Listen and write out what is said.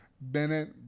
Bennett